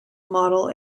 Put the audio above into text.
model